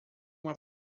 uma